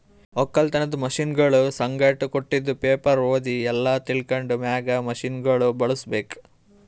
ಒಕ್ಕಲತನದ್ ಮಷೀನಗೊಳ್ ಸಂಗಟ್ ಕೊಟ್ಟಿದ್ ಪೇಪರ್ ಓದಿ ಎಲ್ಲಾ ತಿಳ್ಕೊಂಡ ಮ್ಯಾಗ್ ಮಷೀನಗೊಳ್ ಬಳುಸ್ ಬೇಕು